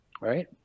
Right